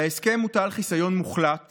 על ההסכם הוטל חיסיון מוחלט